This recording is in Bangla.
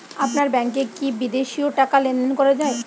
আপনার ব্যাংকে কী বিদেশিও টাকা লেনদেন করা যায়?